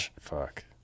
fuck